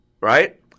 right